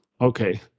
okay